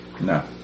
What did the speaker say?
No